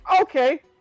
Okay